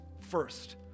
first